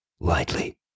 Lightly